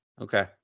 okay